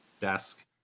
desk